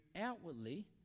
outwardly